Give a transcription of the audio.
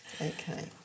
Okay